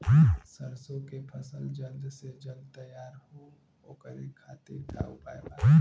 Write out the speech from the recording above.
सरसो के फसल जल्द से जल्द तैयार हो ओकरे खातीर का उपाय बा?